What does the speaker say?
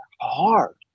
hard